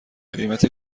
قیمت